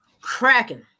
Cracking